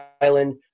Island